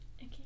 Okay